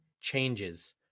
changes